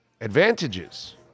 Advantages